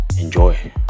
Enjoy